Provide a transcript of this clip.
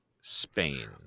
Spain